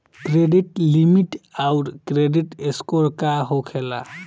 Credit limit आउर credit score का होखेला?